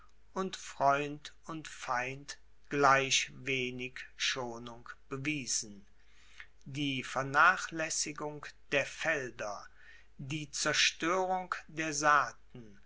und freund und feind gleich wenig schonung bewiesen die vernachlässigung der felder die zerstörung der saaten